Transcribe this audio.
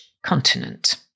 Continent